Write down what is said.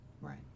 Right